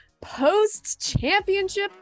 post-championship